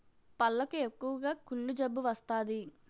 పళ్లకు ఎక్కువగా కుళ్ళు జబ్బు వస్తాది